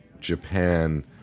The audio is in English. Japan